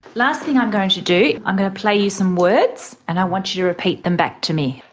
last thing i'm going to do, i'm going to play you some words and i want you to repeat them back to me.